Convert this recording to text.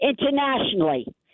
internationally